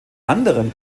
anderen